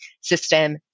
system